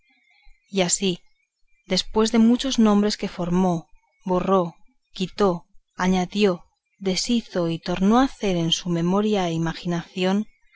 y así después de muchos nombres que formó borró y quitó añadió deshizo y tornó a hacer en su memoria e imaginación